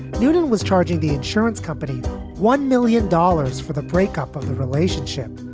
newton was charging the insurance company one million dollars for the breakup of the relationship.